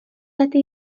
lety